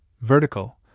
vertical